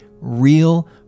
real